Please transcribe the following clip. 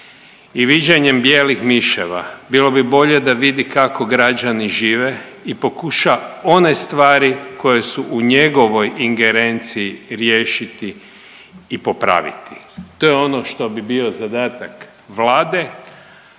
i viđanjem bijelih miševa bilo bi bolje da vidi kako građani žive i pokuša one stvari koje su u njegovoj ingerenciji riješiti i popraviti. To je ono što bi bio zadatak vlade,